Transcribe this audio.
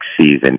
season